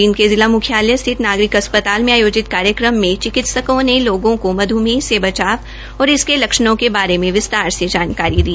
जींद के जिला मुख्यालय स्थित नागरिक अस्पताल में आयोजित कार्यक्रम में चिकिक्सकों ने लोगों को मध्मेह से बचाव और इसके लक्षणों के बारे में विस्तार से जानकारी दी